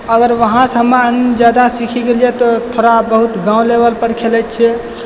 अगर वहाँसँ हम जादा सीख गेलियै तऽ थोड़ा बहुत गाँव लेवल पर खेलैत छियै